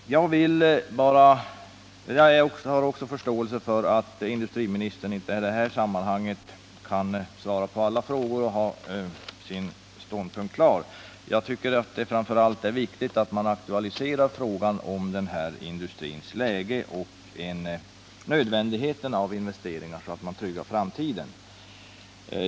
Jag har vidare förståelse för att industriministern inte heller i det här sammanhanget kan ha sin ståndpunkt klar i alla frågor som ställs. Jag tycker att det framför allt är viktigt att man aktualiserar frågan om denna industris läge och nödvändigheten av investeringar för att trygga framtiden.